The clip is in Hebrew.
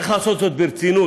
צריך לעשות זאת ברצינות.